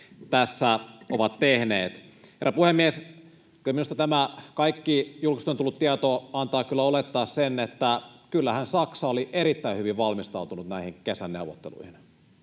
tässä ovat tehneet. Herra puhemies! Kyllä minusta tämä kaikki julkisuuteen tullut tieto antaa olettaa sen, että kyllähän Saksa oli erittäin hyvin valmistautunut näihin kesän neuvotteluihin.